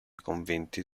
conventi